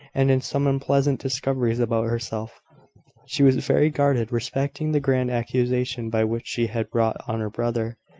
and in some unpleasant discoveries about herself she was very guarded respecting the grand accusation by which she had wrought on her brother.